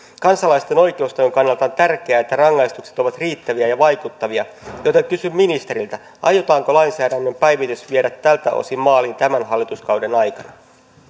kansalaisten oikeustajun kannalta on tärkeää että rangaistukset ovat riittäviä ja vaikuttavia joten kysyn ministeriltä aiotaanko lainsäädännön päivitys viedä tältä osin maaliin tämän hallituskauden aikana